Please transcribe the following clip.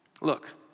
Look